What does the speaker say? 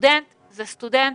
סטודנט הוא סטודנט.